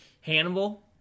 Hannibal